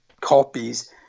copies